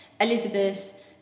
Elizabeth